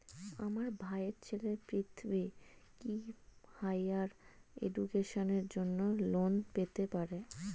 আমার ভাইয়ের ছেলে পৃথ্বী, কি হাইয়ার এডুকেশনের জন্য লোন পেতে পারে?